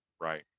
Right